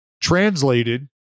translated